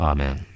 Amen